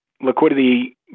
liquidity